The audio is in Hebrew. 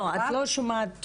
את לא שומעת טוב,